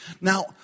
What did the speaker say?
Now